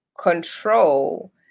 control